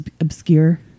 obscure